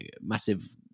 massive